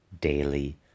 daily